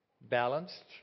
balanced